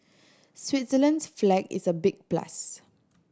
Switzerland's flag is a big plus